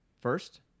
first